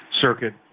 Circuit